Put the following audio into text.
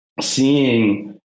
seeing